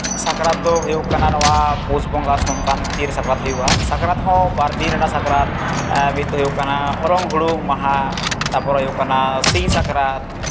ᱥᱟᱠᱨᱟᱛ ᱫᱚ ᱦᱩᱭᱩᱜ ᱠᱟᱱᱟ ᱱᱚᱣᱟ ᱯᱳᱥ ᱵᱚᱸᱜᱟ ᱥᱚᱝᱠᱨᱟᱱᱛᱤ ᱨᱮ ᱥᱟᱠᱨᱟᱛ ᱦᱩᱭᱩᱜᱼᱟ ᱥᱟᱠᱨᱟᱛ ᱦᱚᱸ ᱵᱟᱨᱫᱤᱱ ᱨᱮᱱᱟᱜ ᱥᱟᱠᱨᱟᱛ ᱢᱤᱛ ᱫᱚ ᱦᱩᱭᱩᱜ ᱠᱟᱱᱟ ᱦᱚᱞᱚᱝ ᱦᱩᱲᱩᱝ ᱢᱟᱦᱟ ᱛᱟᱨᱯᱚᱨᱮ ᱦᱩᱭᱩᱜ ᱠᱟᱱᱟ ᱥᱤᱧ ᱥᱟᱠᱨᱟᱛ